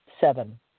Seven